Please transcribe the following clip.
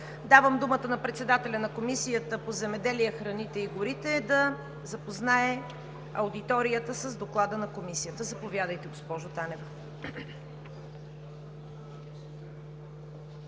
Давам думата на председателя на Комисията по земеделието и храните да запознае аудиторията с доклада на Комисията. Заповядайте, госпожо Танева.